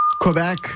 Quebec